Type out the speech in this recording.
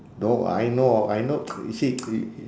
no I know I know you see y~